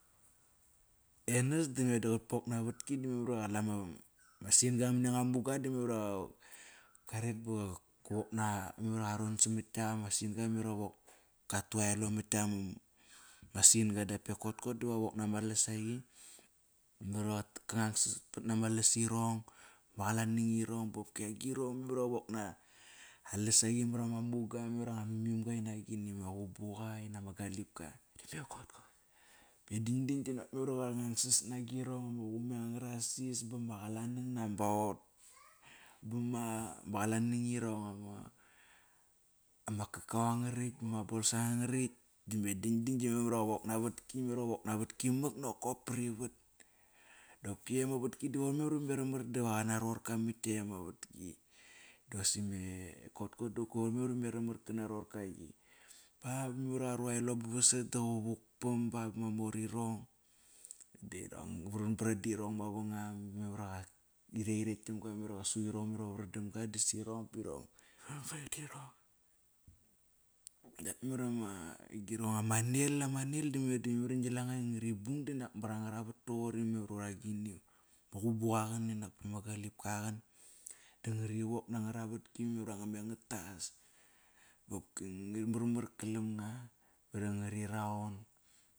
Enas dame da qatpok naa vatki da memar iva qala ma sin-ga mania nga muga da memar va qaret ba qa wok na. Memar iva qa ron samat tklak ama sin-ga. Memar wok qatu elo matkiak ama sin-ga dap me kotkot diva qa vok nama lasaqi mara qangsas pat na ma lasirong, ma qalanang irong ba qopki agirong. Mamar iva qa vokna lasaqi mara ma muga, mara nga mimimga inak agini nga qubuqa, inak ama galipka, dime kotkot. Me dandan dinak memar iva qangangsas na girong ama qumeng angara sis, bama qalanang nambaot. Bama ama qalanang ama kakao angarakt, ma bolsa angarakt. Dime dandan memar iva qawok naa vatki, memar ive qok naa vatki mak nokop privat. Dap kliaet ama vatki di qoir memar vame ramar da qan na rorka mat ktiekt ama vatki. Da qosi me kotkot da qoir memar iveme ramar kana rorka yi. Baa ba memar ive qaru elo bavasat da qa vukpam baa bama morirhong, dirong varvar dirong mavangam navara qa. Da ir ektirekt damga, mara qasu irhong, ivarvar damga da si rong birong varvar dirong. Dap memar ama agirong ama nilamanil dame di ngi langa nga ri bung dinak mara nga ravat toqori mar varagini, qubuqa gan, mara ma galipka qan da nga ri wok nangra vatki ive memar galam nga. Mari nga ri raun.